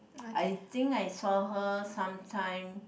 I think I saw her sometime